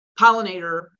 pollinator